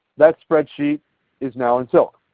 that spreadsheet is now in silk,